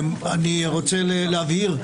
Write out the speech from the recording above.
אני רוצה להבהיר,